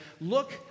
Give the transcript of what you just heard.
Look